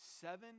Seven